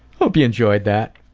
hope you enjoyed that.